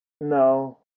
No